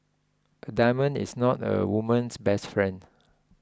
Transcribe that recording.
a diamond is not a woman's best friend